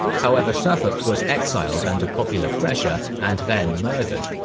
however, suffolk was exiled under popular pressure and then murdered.